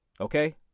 Okay